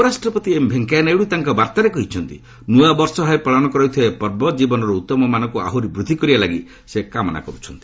ଉପରାଷ୍ଟ୍ରପତି ଏମ୍ ଭେଙ୍କିୟା ନାଇଡୁ ତାଙ୍କ ବାର୍ତ୍ତାରେ କହିଛନ୍ତି ନୂଆବର୍ଷ ଭାବେ ପାଳନ କରାଯାଉଥିବା ଏହି ପର୍ବ ଜୀବନର ଉତ୍ତମ ମାନକୁ ଆହୁରି ବୃଦ୍ଧି କରିବା ଲାଗି ସେ କାମନା କରିଛନ୍ତି